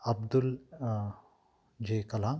Abdul J Kalam